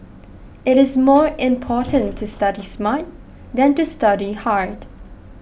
it is more important to study smart than to study hard